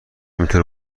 اینطور